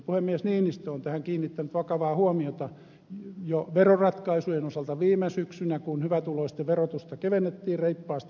puhemies niinistö on tähän kiinnittänyt vakavaa huomiota jo veroratkaisujen osalta viime syksynä kun hyvätuloisten verotusta kevennettiin reippaasti